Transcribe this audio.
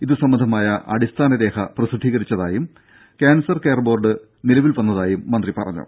ഇതുസംബന്ധമായ അടിസ്ഥാനരേഖ പ്രസിദ്ധീകരിച്ചതായും cancer care board നിലവിൽ വന്നതായും മന്ത്രി പറഞ്ഞു